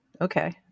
okay